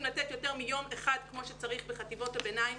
לתת יותר מיום אחד כמו שצריך בחטיבות הביניים.